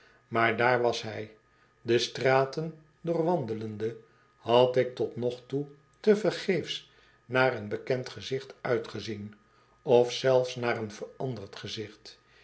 maar daar was hij de straten doorwandelende had ik tot nog toe tevergeefs naar een bekend gezicht uitgezien of zelfs naar een veranderd gezicht